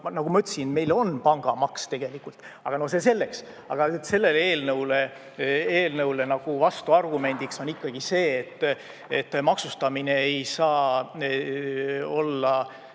nagu ma ütlesin, meil on pangamaks tegelikult, aga no see selleks. Aga sellele eelnõule vastuargumendiks on ikkagi see, et maksustamine ei saa olla